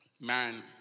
Man